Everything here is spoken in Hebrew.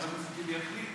וחבר הכנסת טיבי יחליט,